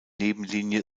nebenlinie